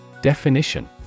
Definition